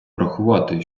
врахувати